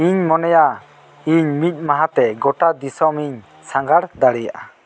ᱤᱧ ᱢᱚᱱᱮᱭᱟ ᱤᱧ ᱢᱤᱫ ᱢᱟᱦᱟ ᱛᱮ ᱜᱚᱴᱟ ᱫᱤᱥᱚᱢᱤᱧ ᱥᱟᱸᱜᱷᱟᱨ ᱫᱟᱲᱮᱭᱟᱜᱼᱟ